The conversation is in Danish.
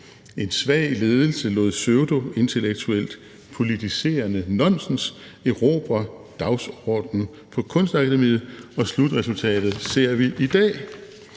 En svag ledelse lod pseudointellektuelt, politiserende nonsens erobre dagsordenen på Kunstakademiet, og slutresultatet ser vi i dag.